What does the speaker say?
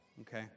okay